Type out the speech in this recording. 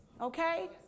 Okay